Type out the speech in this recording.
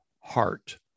heart